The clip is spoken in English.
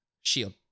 shield